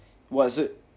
!wah! is it